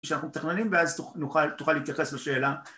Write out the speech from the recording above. כשאנחנו מתכננים ואז תוכל להתייחס לשאלה